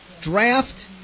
draft